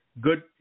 good